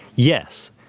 yes,